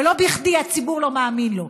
ולא בכדי הציבור לא מאמין לו.